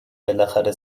بالاخره